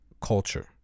culture